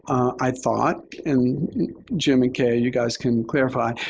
i thought, and jimmy k. you guys can clarify,